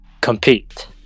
compete